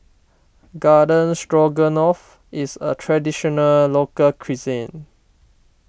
Garden Stroganoff is a Traditional Local Cuisine